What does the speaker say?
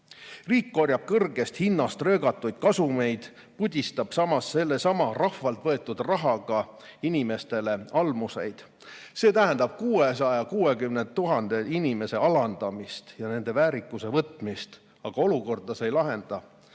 Riik korjab kõrgest hinnast röögatuid kasumeid, pudistab samas sellesama rahvalt võetud rahaga inimestele almuseid. See tähendab 660 000 inimese alandamist ja nendelt väärikuse võtmist, aga olukorda see ei lahenda. Varsti